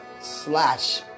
slash